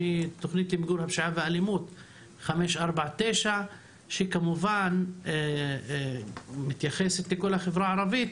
שהיא תוכנית למיגור הפגישה והאלימות 549. היא מתייחסת לכל החברה הערבית